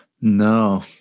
No